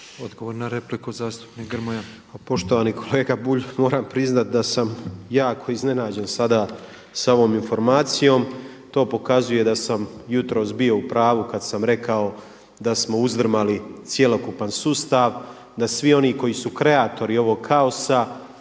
Odgovor na repliku zastupnik Grmoja. **Grmoja, Nikola (MOST)** Pa poštovani kolega Bulj, moram priznati da sam jako iznenađen sada sa ovom informacijom. To pokazuje da sam jutros bio u prvu kada sam rekao da smo uzdrmali cjelokupan sustav, da svi oni koji su kreatori ovog kaosa